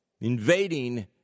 invading